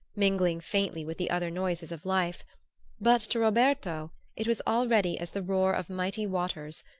mingling faintly with the other noises of life but to roberto it was already as the roar of mighty waters,